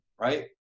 right